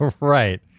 Right